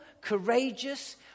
courageous